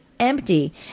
empty